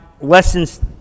lessons